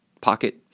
pocket